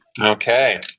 Okay